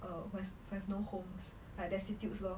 err who has who have no homes like destitutes lor